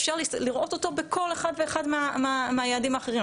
אפשר לראות אותו בכל אחד ואחד מהיעדים האחרים.